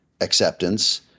acceptance